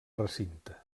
recinte